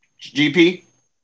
GP